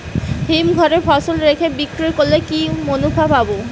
হিমঘরে ফসল রেখে বিক্রি করলে কি মুনাফা ভালো?